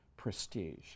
prestige